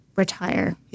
retire